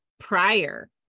prior